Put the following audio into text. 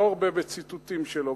וכו' אני לא ארבה בציטוטים שלו,